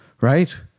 right